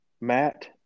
Matt